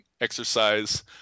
exercise